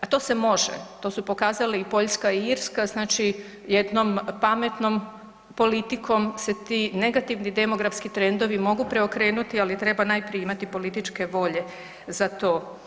A to se može, to su pokazale i Poljska i Irska, znači jednom pametnom politikom se ti negativni demografski trendovi mogu preokrenuti, ali treba najprije imati političke volje za to.